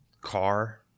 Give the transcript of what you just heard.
car